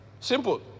Simple